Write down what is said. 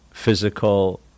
physical